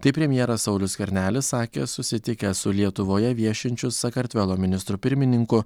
tai premjeras saulius skvernelis sakė susitikęs su lietuvoje viešinčiu sakartvelo ministru pirmininku